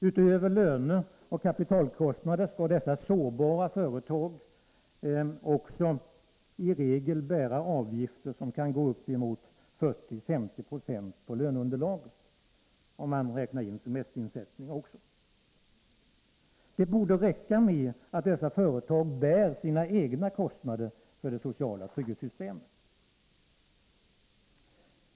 Utöver löneoch kapitalkostnader skall dessa sårbara företag i regel även bära avgifter som kan gå upp emot 40-50 26 på löneunderlaget, om man räknar in semesterersättningar. Det borde räcka med att dessa företag bär sina egna kostnader för det sociala trygghetssystemet.